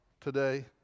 today